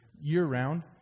year-round